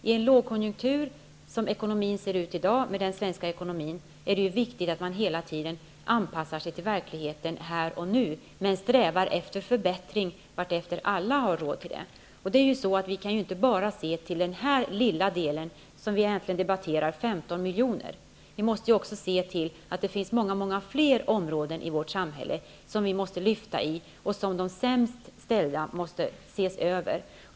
I en lågkonjunktur och med tanke på hur den svenska ekonomin ser ut i dag är det viktigt att man hela tiden anpassar sig till verkligheten här och nu, men att man strävar efter förbättring efter hand som alla har råd med det. Vi kan inte bara se till de 15 milj.kr. som vi nu debatterar. Vi måste även inse att det finns många fler områden i vårt samhälle där vi så att säga måste se över situationen för de sämst ställda.